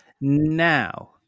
now